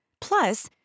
Plus